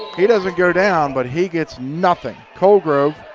he doesn't go down but he gets nothing. colgrove